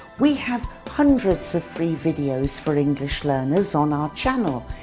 we have hundreds of free videos for english learners on our channel,